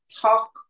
talk